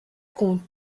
compte